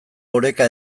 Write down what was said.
oreka